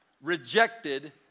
rejected